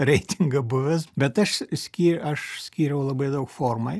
reitingą buvęs bet aš sky aš skyriau labai daug formai